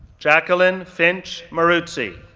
jacqueline finch moruzzi,